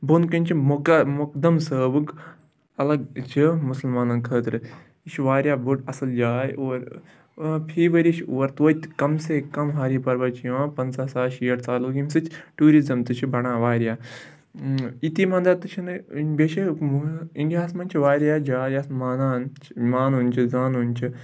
بۄن کَنۍ چھِ مُخدَم صٲبُک الگ چھِ مُسلمانَن خٲطرٕ یہِ چھُ واریاہ بٔڑ اَصٕل جاے اور فی ؤری چھِ اور توتہِ کَم سے کَم ہاری پربَت چھِ یِوان پںٛژاہ ساس شیٹھ ساس لُکھ ییٚمہِ سۭتۍ ٹوٗرِزَم تہِ چھِ بَڑان واریاہ یِتی منٛدَر تہِ چھِنہٕ بیٚیہِ چھِ اِنڈیاہَس منٛز چھِ واریاہ جاے یَتھ مانان چھِ مانُن چھِ زانُن چھِ